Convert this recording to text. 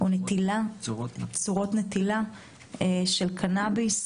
ויותר צורות נטילה של קנביס.